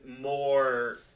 more